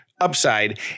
upside